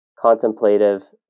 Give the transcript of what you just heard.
contemplative